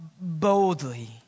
boldly